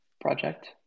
project